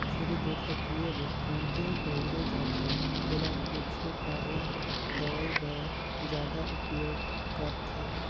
छेरी दूद ल पिए बर कमती बउरे जाथे एला कुछु काही दवई बर जादा उपयोग करथे